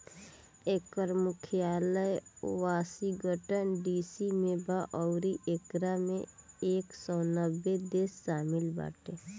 एकर मुख्यालय Washington DC में बा अउरी एकरा में एक सौ नब्बे देश शामिल बाटे